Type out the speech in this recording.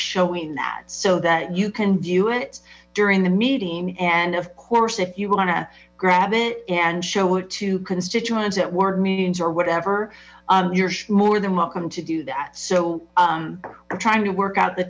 showing that so that you can view it during the meeting and of course if you want grab it and show it to constituents at ward meetings or whatever you're more than welcome to do that so i'm trying to work out the